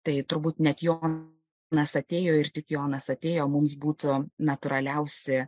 tai turbūt net jonas atėjo ir tik jonas atėjo mums būtų natūraliausi